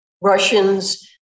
Russians